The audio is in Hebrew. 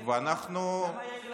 ואנחנו, שאלה: למה יאיר לפיד לא הגיע?